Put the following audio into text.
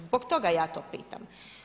Zbog toga ja to pitam.